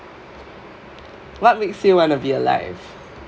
what makes you want to be alive